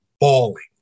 bawling